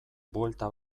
buelta